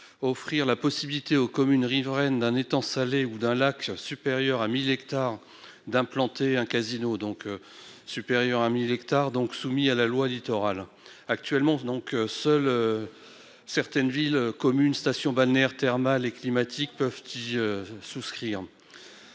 Offrir la possibilité aux communes riveraines d'un étang salé ou d'un lac supérieur à 1000 hectares d'implanter un casino donc supérieure à 1000 hectares donc soumis à la loi littoral actuellement donc seules. Certaines villes communes stations balnéaires, thermales et climatiques peuvent qu'y souscrire.